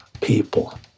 people